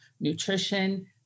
nutrition